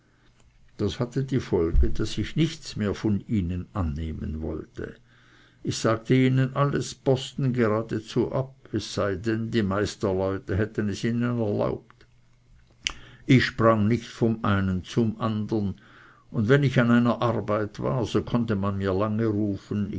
das hatte die folge daß ich nichts mehr von ihnen annehmen wollte ich sagte ihnen alles posten